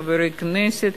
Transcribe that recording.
חברי חברי כנסת,